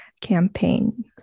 campaign